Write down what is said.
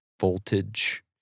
voltage